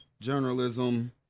journalism